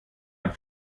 ein